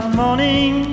morning